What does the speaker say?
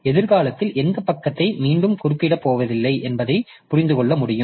எதிர்காலத்தில் எந்தப் பக்கத்தை மீண்டும் குறிப்பிடப் போவதில்லை என்பதைப் புரிந்துகொள்ள முடியும்